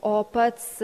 o pats